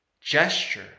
gesture